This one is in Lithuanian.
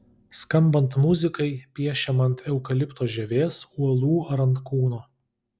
skambant muzikai piešiama ant eukalipto žievės uolų ar ant kūno